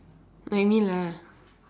like me lah